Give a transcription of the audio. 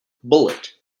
bullet